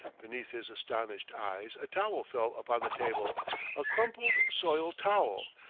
beneath his astonished eyes a towel fell upon the table a crumpled, soiled towel,